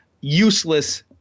useless